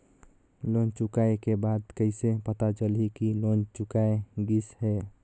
Loan चुकाय के बाद कइसे पता चलही कि लोन चुकाय गिस है?